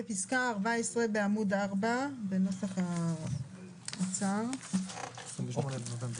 פסקאות 4 ו-5 אלה הפסקאות שעוסקות בקצבת ילד נכה.